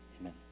amen